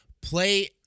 play